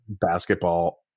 basketball